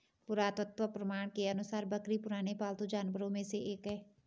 पुरातत्व प्रमाण के अनुसार बकरी पुराने पालतू जानवरों में से एक है